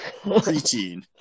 preteen